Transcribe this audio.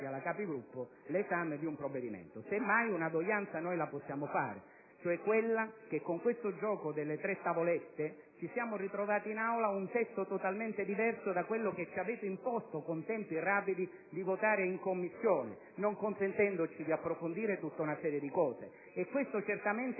dei Capigruppo, l'esame del provvedimento. Semmai siamo noi a poter esprimere una doglianza: con questo gioco delle tre tavolette ci siamo ritrovati in Aula un testo totalmente diverso da quello che ci avete imposto con tempi rapidi di votare in Commissione, non consentendoci di approfondire tutta una serie di aspetti. Questo certamente